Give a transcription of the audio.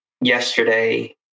yesterday